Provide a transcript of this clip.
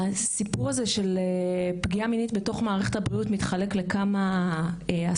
הסיפור הזה של פגיעה מינית בתוך מערכת הבריאות מתחלק לכמה אספקטים,